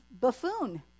buffoon